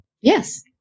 yes